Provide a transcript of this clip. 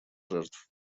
жертв